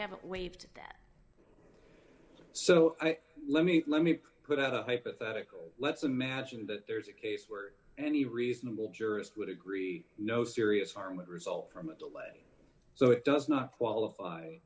have waived that so let me let me put out a hypothetical let's imagine that there's a case where any reasonable jurist would agree no serious harm would result from a delay so it does not qualify